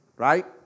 Right